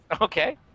Okay